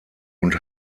und